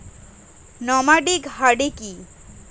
Nomadic herding কি?